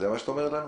זה מה שאת אומרת לנו?